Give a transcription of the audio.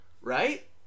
Right